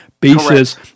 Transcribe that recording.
basis